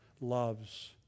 loves